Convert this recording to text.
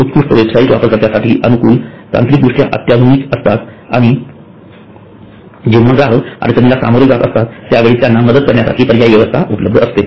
उत्कृष्ट वेबसाइट्स वापरकर्त्यासाठी अनुकूल तांत्रिकदृष्ट्या अत्याधुनिक असतात आणि ग्राहक जेंव्हा अडचणींना सामोरे जात असतात त्यावेळी त्यांना मदत करण्यासाठी पर्यायी व्यवस्था उपलब्ध असते